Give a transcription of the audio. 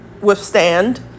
withstand